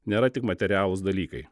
nėra tik materialūs dalykai